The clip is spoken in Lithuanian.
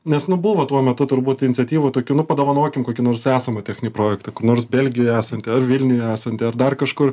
nes nu buvo tuo metu turbūt iniciatyvų tokių nu padovanokim kokį nors esamą techninį projektą kur nors belgijoje esantį ar vilniuje esantį ar dar kažkur